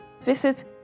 visit